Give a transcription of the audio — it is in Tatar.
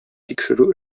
тикшерү